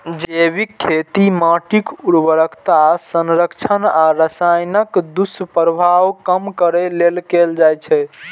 जैविक खेती माटिक उर्वरता संरक्षण आ रसायनक दुष्प्रभाव कम करै लेल कैल जाइ छै